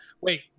wait